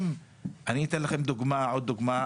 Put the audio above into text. אני אתן לכם עוד דוגמא,